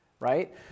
Right